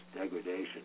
degradation